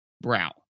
brow